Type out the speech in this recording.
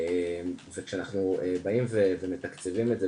וכשאנחנו באים ומתקצבים את זה,